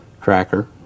cracker